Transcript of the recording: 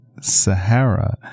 Sahara